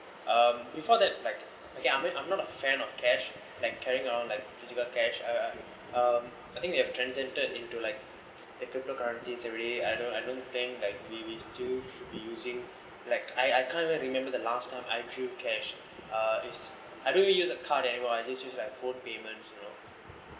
um before that like okay I'm going I'm not a fan of cash like carrying around like physical cash uh um I think you have transcended into like the crypto currencies already I don't I don't think like we two should be using like I I can't even remember the last time I drew cash uh is I don't really use a card anymore I just use my phone payments you know